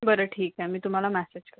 बरं ठीक आहे मी तुम्हाला मॅसेज करते